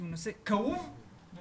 כי הוא נושא כאוב וחשוב.